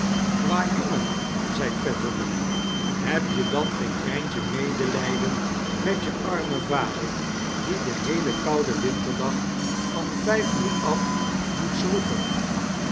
kwajongen zei tetterby heb je dan geen greintje medelijden met je armen vader die den heelen kouden winterdag van vijf uur af moet zwoegen